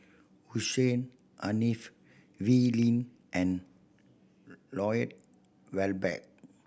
Hussein Haniff Wee Lin and Lloyd Valberg